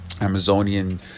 Amazonian